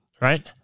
right